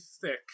thick